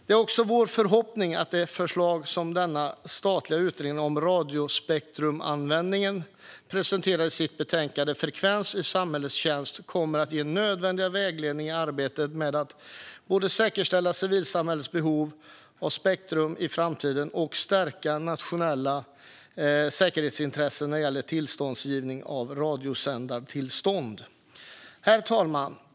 Det är också vår förhoppning att de förslag som den statliga utredningen om radiospektrumanvändning presenterade i sitt betänkande, Frekvenser i samhällets tjänst , kommer att ge nödvändig vägledning i arbetet med att både säkerställa civilsamhällets behov av spektrum i framtiden och stärka nationella säkerhetsintressen när det gäller tillståndsgivning av radiosändartillstånd. Herr talman!